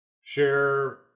share